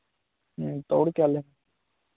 तो और क्या ले